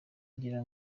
ngira